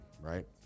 right